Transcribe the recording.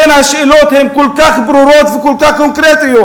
השאלות הן כל כך ברורות וכל כך קונקרטיות,